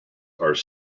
are